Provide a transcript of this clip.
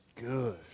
Good